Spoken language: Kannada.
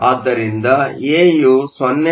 ಆದ್ದರಿಂದ ಎ ಯು 0